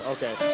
Okay